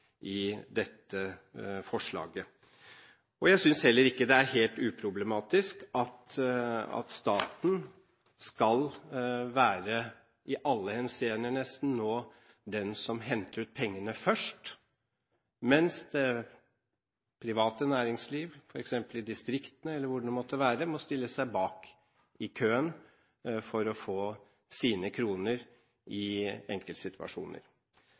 i dette forslaget. Jeg synes heller ikke det er helt uproblematisk at staten nå nesten i alle henseender skal være den som henter ut pengene først, mens det private næringsliv, f.eks. i distriktene eller hvor det måtte være, må stille seg bak i køen for å få sine kroner i enkeltsituasjoner.